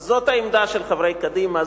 אז זאת העמדה של חברי קדימה,